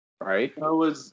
Right